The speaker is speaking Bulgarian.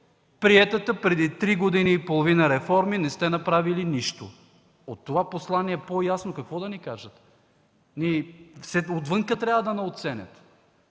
„Приетите преди три години и половина реформи – не сте направили нищо”! От това послание по-ясно какво да ни кажат? Все отвън трябва да ни оценяват!